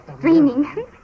Dreaming